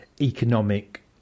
economic